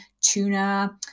tuna